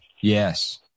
Yes